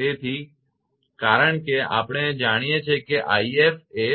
તેથી કારણ કે આપણે જાણીએ છીએ કે 𝑖𝑓 એ